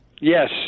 yes